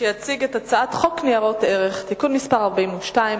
שיציג את הצעת חוק ניירות ערך (תיקון מס' 42),